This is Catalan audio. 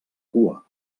cua